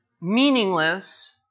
meaningless